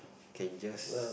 can just